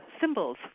symbols